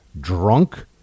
drunk